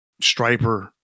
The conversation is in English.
striper